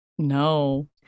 no